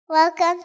Welcome